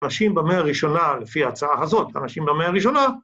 אנשים במאה הראשונה, לפי ההצעה הזאת, אנשים במאה הראשונה...